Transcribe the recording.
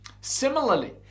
Similarly